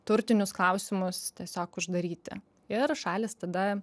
turtinius klausimus tiesiog uždaryti ir šalys tada